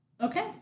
Okay